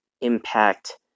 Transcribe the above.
impact